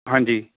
ਹਾਂਜੀ